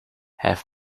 have